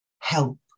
help